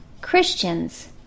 Christians